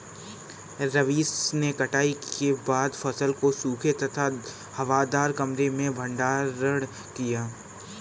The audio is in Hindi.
रवीश ने कटाई के बाद फसल को सूखे तथा हवादार कमरे में भंडारण किया